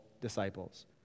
disciples